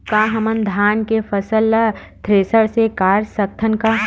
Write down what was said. का हमन धान के फसल ला थ्रेसर से काट सकथन का?